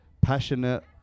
passionate